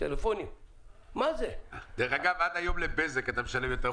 דרך אגב, עד היום לבזק אתה משלם יותר.